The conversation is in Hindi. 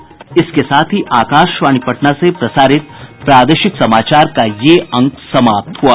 इसके साथ ही आकाशवाणी पटना से प्रसारित प्रादेशिक समाचार का ये अंक समाप्त हुआ